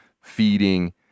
feeding